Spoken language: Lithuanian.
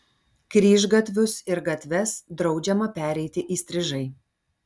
kryžgatvius ir gatves draudžiama pereiti įstrižai